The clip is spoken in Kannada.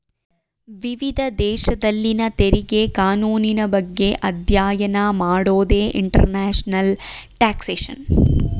ವಿವಿಧ ದೇಶದಲ್ಲಿನ ತೆರಿಗೆ ಕಾನೂನಿನ ಬಗ್ಗೆ ಅಧ್ಯಯನ ಮಾಡೋದೇ ಇಂಟರ್ನ್ಯಾಷನಲ್ ಟ್ಯಾಕ್ಸ್ಯೇಷನ್